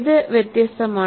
ഇത് വ്യത്യസ്തമാണ്